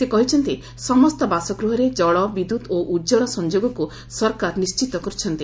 ସେ କହିଛନ୍ତି ସମସ୍ତ ବାସଗୃହରେ ଜଳ ବିଦ୍ୟୁତ ଓ ଉଜ୍ୱଳା ସଂଯୋଗକୁ ସରକାର ନିଣ୍ଚିତ କରିଛନ୍ତି